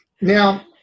Now